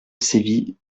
sévi